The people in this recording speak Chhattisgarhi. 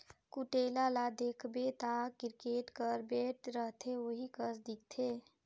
कुटेला ल देखबे ता किरकेट कर बैट रहथे ओही कस दिखथे